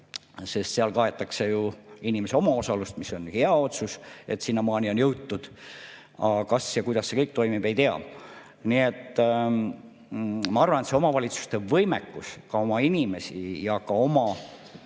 sest seal kaetakse ju inimeste omaosalust, see on hea otsus, et sinnamaani on jõutud –, kas ja kuidas see kõik toimib, ei tea. Nii et ma arvan, et omavalitsuste võimekus oma inimesi ja ka oma